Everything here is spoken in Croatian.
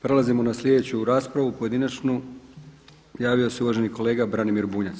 Prelazimo na sljedeću raspravu pojedinačnu, javio se uvaženi kolega Branimir Bunjac.